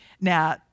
Now